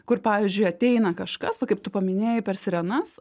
kur pavyzdžiui ateina kažkas va kaip tu paminėjai per sirenas